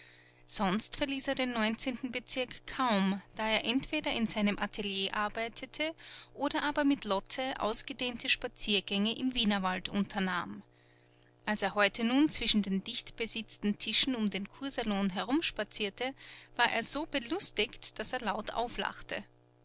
sonst verließ er den neunzehnten bezirk kaum da er entweder in seinem atelier arbeitete oder aber mit lotte ausgedehnte spaziergänge im wienerwald unternahm als er heute nun zwischen den dichtbesetzten tischen um den kursalon herum spazierte war er so belustigt daß er laut auflachte